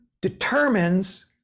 determines